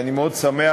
אני מאוד שמח,